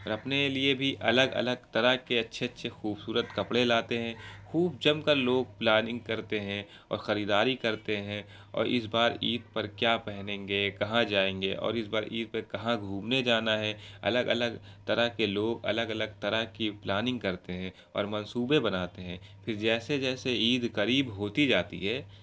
اور اپنے لیے بھی الگ الگ طرح کے اچھے اچھے خوبصورت کپڑے لاتے ہیں خوب جم کر لوگ پلاننگ کرتے ہیں اور خریداری کرتے ہیں اور اس بار عید پر کیا پہنیں گے کہاں جائیں گے اور اس بار عید پر کہاں گھومنے جانا ہے الگ الگ طرح کے لوگ الگ الگ طرح کی پلاننگ کرتے ہیں اور منصوبے بناتے ہیں پھر جیسے جیسے عید قریب ہوتی جاتی ہے